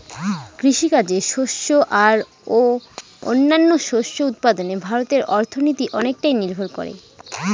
কৃষিকাজে শস্য আর ও অন্যান্য শস্য উৎপাদনে ভারতের অর্থনীতি অনেকটাই নির্ভর করে